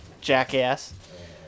jackass